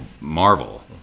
marvel